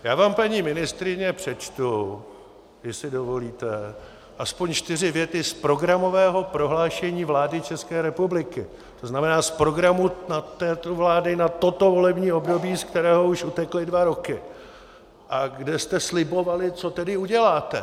Já vám, paní ministryně, přečtu, jestli dovolíte, aspoň čtyři věty z programového prohlášení vlády České republiky, to znamená z programu této vlády na toto volební období, z kterého už utekly dva roky a kde jste slibovali, co tedy uděláte.